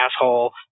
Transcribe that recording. asshole